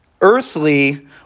earthly